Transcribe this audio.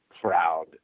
proud